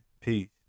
peace